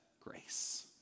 grace